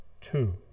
two